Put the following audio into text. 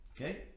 Okay